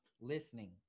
listening